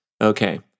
Okay